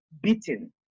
beaten